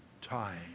time